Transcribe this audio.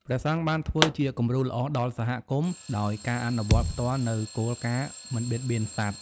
ព្រះសង្ឃបានធ្វើជាគំរូល្អដល់សហគមន៍ដោយការអនុវត្តផ្ទាល់នូវគោលការណ៍មិនបៀតបៀនសត្វ។